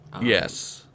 Yes